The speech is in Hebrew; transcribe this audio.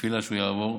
בתפילה שהוא יעבור,